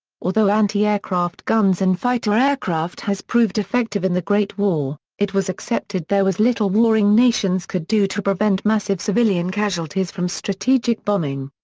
although anti-aircraft guns and fighter aircraft had proved effective in the great war, it was accepted there was little warring nations could do to prevent massive civilian casualties from strategic bombing.